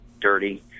dirty